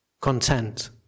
content